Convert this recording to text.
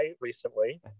recently